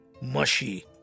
mushy